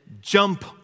jump